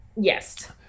Yes